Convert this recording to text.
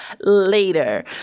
later